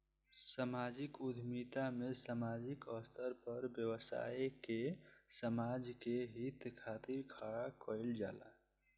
सामाजिक उद्यमिता में सामाजिक स्तर पर व्यवसाय के समाज के हित खातिर खड़ा कईल जाला